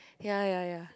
yea yea yea